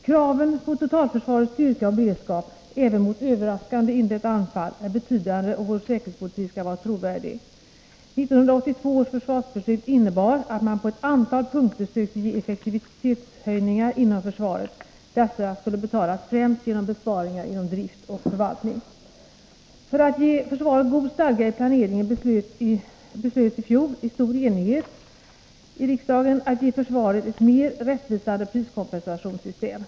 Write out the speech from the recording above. Kraven på totalförsvarets styrka och beredskap — även mot överraskande inlett anfall — är betydande om vår säkerhetspolitik skall vara trovärdig. 1982 års försvarsbeslut innebar att man på ett antal punkter sökte ge effektivitetshöjningar inom försvaret. Dessa skulle betalas främst genom besparingar inom drift och förvaltning. För att ge försvaret god stadga i planeringen beslöts i fjol i stor enighet i riksdagen att ge försvaret ett mer rättvisande priskompensationssystem.